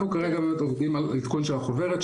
אנחנו כרגע באמת עובדים על עדכון של החוברת,